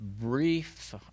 brief